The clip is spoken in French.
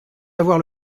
avoir